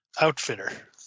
outfitter